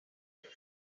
virus